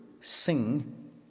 sing